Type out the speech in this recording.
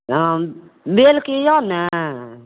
आम बेलके यऽ ने